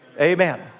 Amen